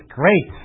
great